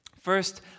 First